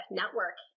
network